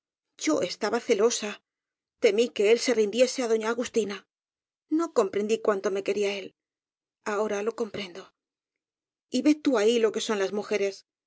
yo estaba celosa temí que él se rindiese á doña agustina no comprendí cuánto me quería él ahora lo comprendo y ve tú ahí lo que son las mujeres